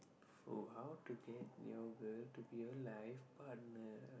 so how to get your girl to be a life partner